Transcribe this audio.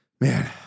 Man